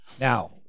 Now